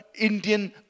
Indian